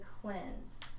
cleanse